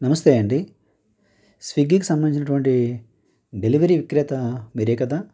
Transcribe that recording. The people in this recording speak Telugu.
నమస్తే అండి స్విగ్గీకి సంబంధించినటువంటి డెలివరీ విక్రేత మీరే కదా